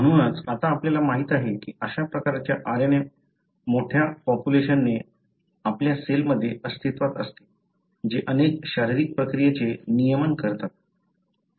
म्हणूनच आता आपल्याला माहित आहे की अशा प्रकारच्या RNA मोठ्या पॉप्युलेशन ने आपल्या सेलमध्ये अस्तित्वात असते जे अनेक शारीरिक प्रक्रियेचे नियमन करतात